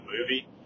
movie